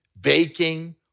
baking